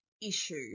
issue